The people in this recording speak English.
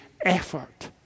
effort